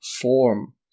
form